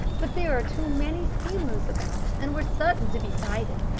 but there are too many steamers about and we're certain to be sighted.